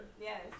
Yes